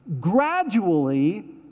gradually